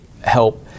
help